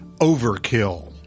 overkill